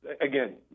again